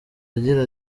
agira